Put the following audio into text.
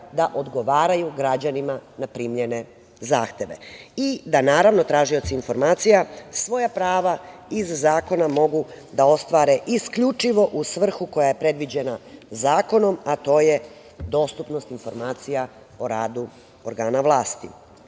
da odgovaraju građanima na primljene zahteve, i da naravno, tražioci informacija svoja prava iz zakona mogu da ostvare isključivo u svrhu koja je predviđena zakonom, a to je dostupnost informacija o radu organa vlasti. Ti